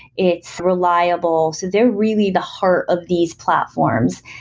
it's reliable. so they're really the heart of these platforms.